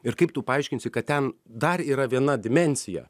ir kaip tu paaiškinsi kad ten dar yra viena dimensija